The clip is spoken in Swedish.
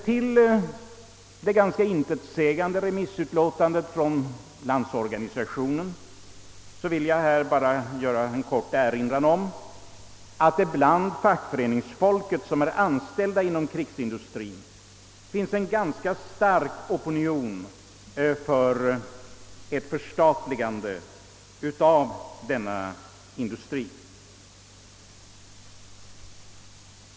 Till komplettering av LO:s yttrande vill jag här bara erinra om att det bland fackföreningsfolket inom krigsmaterielindustrien här i landet finns en ganska stark opinion för förstatligande av denna industri.